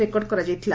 record କରାଯାଇଥିଲା